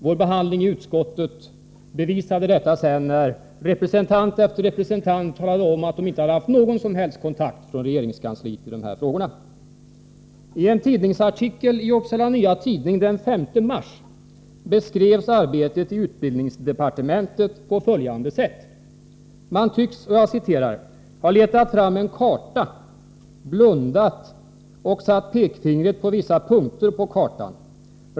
Vår behandling i utskottet bevisade det när representant efter representant talade om att de inte hade haft någon som helst kontakt med regeringskansliet i dessa frågor. I en tidningsartikel i Uppsala Nya Tidning den 5 mars beskrevs arbetet i utbildningsdepartementet på följande sätt: Man tycks ”ha letat fram en karta, blundat och och satt pekfingret på vissa punkter på kartan.